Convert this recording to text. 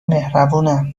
مهربونم